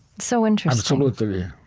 so interesting absolutely.